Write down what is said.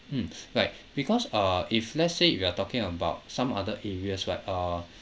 mm right because uh if let's say you are talking about some other areas right uh